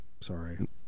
Sorry